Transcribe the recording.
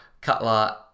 Cutler